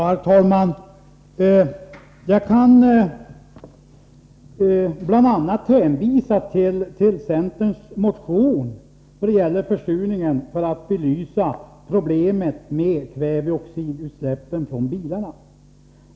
Herr talman! Jag kan bl.a. hänvisa till centerns motion angående försurningen för att belysa problemet med kväveoxidutsläppen från bilarna.